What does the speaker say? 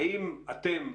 האם אתם,